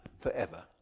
forever